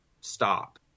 stop